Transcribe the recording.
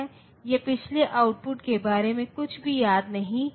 तो यहां से मैं कह सकता हूं कि x 11 से अधिक या बराबर होना चाहिए